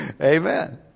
Amen